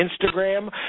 Instagram